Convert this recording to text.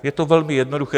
Je to velmi jednoduché.